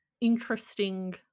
interesting